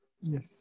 Yes